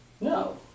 No